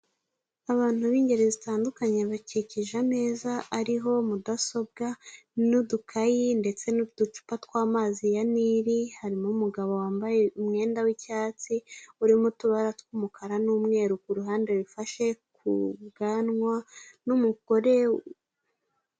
Abantu b'ingeri zitandukanye bakikije ameza ariho mudasobwa, n'udukayi ndetse n'uducupa tw'amazi ya nili. Harimo umugabo wambaye umwenda w'icyatsi urimo utubara tw'umukara n'umweru, ku ruhande wifashe ku bwanwa n'umugore.